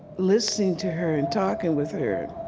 listening to her and talking with her,